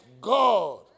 God